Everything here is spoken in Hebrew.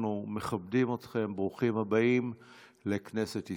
אנחנו מכבדים אתכם, ברוכים הבאים לכנסת ישראל.